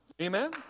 Amen